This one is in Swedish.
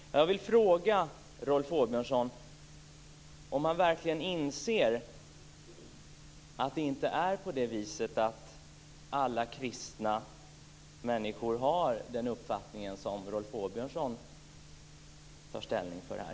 Jag vill fråga om Rolf Åbjörnsson verkligen inser att inte alla kristna människor har den uppfattning som Rolf Åbjörnsson här tar ställning för.